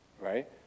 right